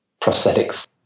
prosthetics